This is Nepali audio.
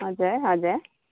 हजुर हजुर